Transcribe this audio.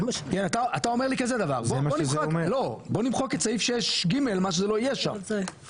אתה אומר לי כזה דבר, בוא נמחק את סעיף 6 ג' או